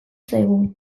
zaigu